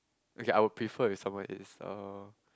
okay I will prefer if someone is uh